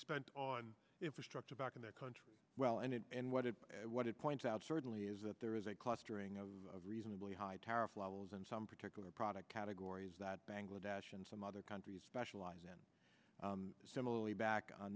spent on infrastructure back in the country well and what it what it points out certainly is that there is a clustering of reasonably high tariff levels in some particular product categories that bangladesh and some other countries specialize in similarly back on